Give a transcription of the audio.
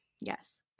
Yes